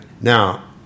Now